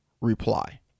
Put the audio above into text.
reply